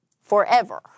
forever